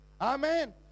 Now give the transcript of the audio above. Amen